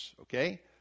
okay